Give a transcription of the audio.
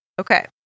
Okay